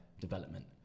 development